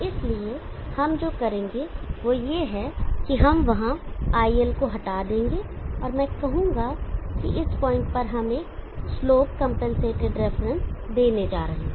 इसलिए हम जो करेंगे वह यह है कि हम वहां iL को हटा देंगे और मैं कहूंगा कि इस पॉइंट पर हम एक स्लोप कंपनसेटेड रिफरेंस देने जा रहे हैं